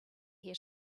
here